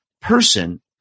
person